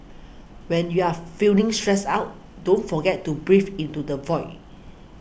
when you are feeling stressed out don't forget to breathe into the void